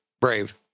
Brave